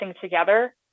together